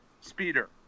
speeder